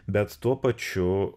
bet tuo pačiu